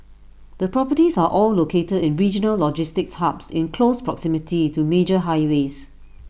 the properties are all located in regional logistics hubs in close proximity to major highways